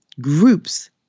Groups